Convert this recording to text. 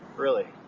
really?